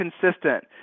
consistent